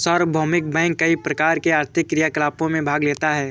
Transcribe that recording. सार्वभौमिक बैंक कई प्रकार के आर्थिक क्रियाकलापों में भाग लेता है